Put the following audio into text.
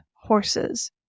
horses